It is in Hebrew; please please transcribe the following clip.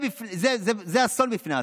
זה אסון בפני עצמו.